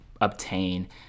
obtain